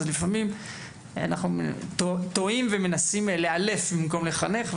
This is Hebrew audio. אבל לפעמים טועים ומנסים לאלף במקום לחנך,